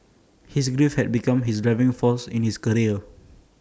his grief had become his driving force in his career